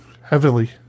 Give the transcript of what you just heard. heavily